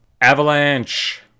Avalanche